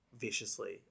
viciously